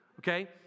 okay